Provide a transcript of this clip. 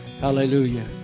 Hallelujah